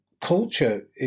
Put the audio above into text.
culture